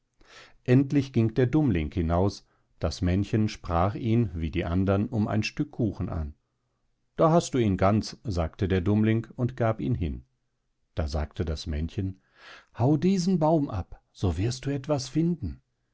endlich ging der dummling hinaus das männchen sprach ihn wie die andern um ein stück kuchen an da hast du ihn ganz sagte der dummling und gab ihn hin da sagte das männchen hau diesen baum ab so wirst du etwas finden